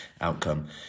outcome